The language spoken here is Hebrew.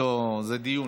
זה דיון.